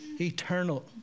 eternal